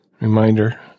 Reminder